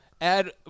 add